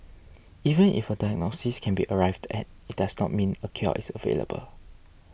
even if a diagnosis can be arrived at it does not mean a cure is available